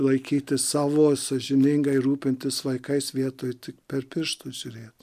laikytis savo sąžiningai rūpintis vaikais vietoj tik per pirštus žiūrėt